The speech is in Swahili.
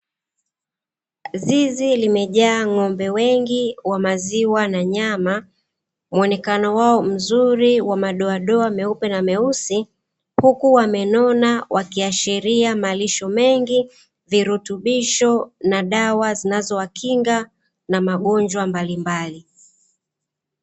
Zizi limejaa ng'ombe wengi wa maziwa na nyama, muonekano wao mzuri wa madoa doa meupe na meusi, huku wamenona wakiashiria malisho mengi virutubisho na dawa zinazo wakinga na magonjwa mbalimbali.